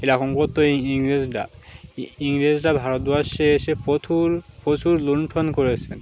এরকম করতো ইংরেজরা ইংরেজরা ভারতবর্ষে এসে প্রচুর প্রচুর লুন্ঠন করেছেন